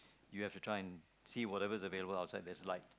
you have to try and see whatever is available outside that's light